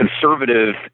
conservative